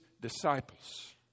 disciples